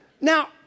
Now